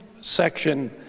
section